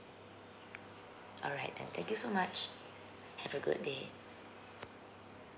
alright then thank you so much have a good day